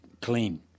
clean